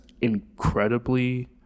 incredibly